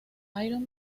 iron